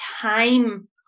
time